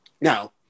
Now